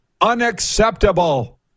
Unacceptable